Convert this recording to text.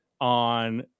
on